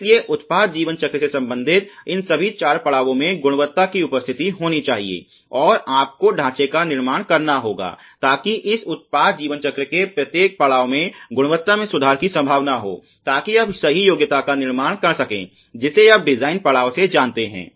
इसलिए उत्पाद जीवन चक्र से संबंधित इन सभी चार पड़ावों में गुणवत्ता की उपस्थिति होनी चाहिए और आपको ढांचे का निर्माण करना होगा ताकि इस उत्पाद जीवन चक्र के प्रत्येक पड़ाव में गुणवत्ता में सुधार की संभावना हो ताकि आप सही योग्यता का निर्माण कर सकें जिसे आप डिजाइन पड़ाव से जानते हैं